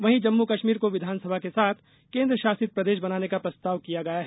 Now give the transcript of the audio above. वहीं जम्मू कष्मीर को विधानसभा के साथ केन्द्र शासित प्रदेश बनाने का प्रस्ताव किया गया है